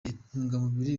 ntungamubiri